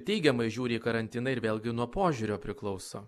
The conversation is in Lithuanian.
teigiamai žiūri į karantiną ir vėlgi nuo požiūrio priklauso